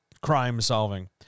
crime-solving